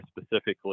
specifically